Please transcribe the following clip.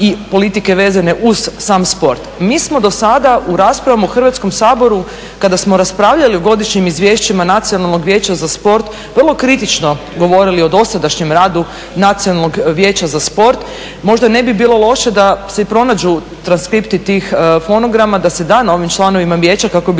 i politike vezane uz sam sport. Mi smo do sada u raspravama u Hrvatskom saboru kada smo raspravljali o Godišnjim izvješćima Nacionalnog vijeća za sport vrlo kritično govorili o dosadašnjem radu Nacionalnog vijeća za sport. Možda ne bi bilo loše da se i pronađu transkripti tih fonograma, da se da novim članovima vijeća